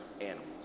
animals